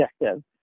objective